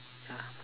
ya